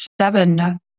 seven